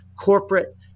corporate